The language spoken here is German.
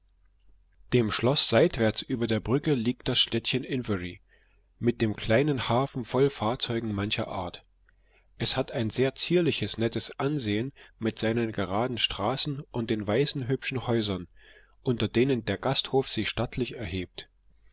dem schloß seitwärts über der brücke liegt das städtchen inverary mit dem kleinen hafen voll fahrzeugen mancher art es hat ein sehr zierliches nettes ansehen mit seinen geraden straßen und den weißen hübschen häusern unter denen der gasthof sich stattlich erhebt